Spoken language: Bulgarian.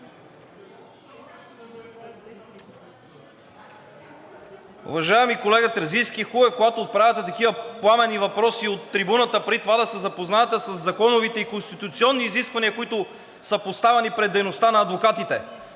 Уважаеми колега Терзийски, хубаво е, когато отправяте такива пламенни въпроси от трибуната, преди това да се запознаете със законовите и конституционните изисквания, които са поставени пред дейността на адвокатите,